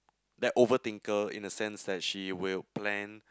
that overthinker in the sense that she will plan